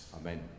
Amen